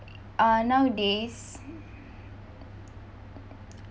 uh nowadays